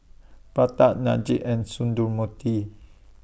Pratap Niraj and Sundramoorthy